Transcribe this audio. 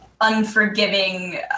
unforgiving